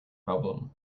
problem